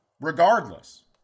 regardless